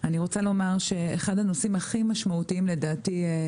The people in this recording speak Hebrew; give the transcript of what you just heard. אני רוצה לומר שאחד הנושאים הכי משמעותיים להתבוננות,